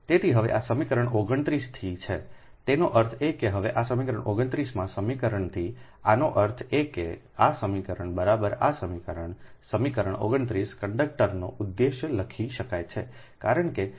તેથી હવે આ સમીકરણ 29 થી છેતેનો અર્થ એ કે હવે આ સમીકરણ 29 ના સમીકરણથીઆનો અર્થ એ કે આ સમીકરણ બરાબર આ સમીકરણ સમીકરણ 29 કંડક્ટરનો ઉદ્દેશ લખી શકાય છે કારણ કે તે દીઠ 0